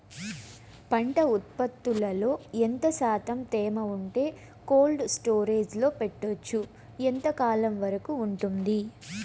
పంట ఉత్పత్తులలో ఎంత శాతం తేమ ఉంటే కోల్డ్ స్టోరేజ్ లో పెట్టొచ్చు? ఎంతకాలం వరకు ఉంటుంది